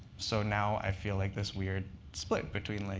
so now i feel like this weird split between like